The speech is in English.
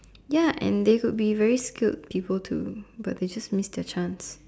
ya and they could be very skilled people too but they just miss their chance